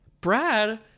brad